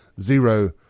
zero